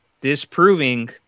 disproving